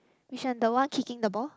which one the one kicking the ball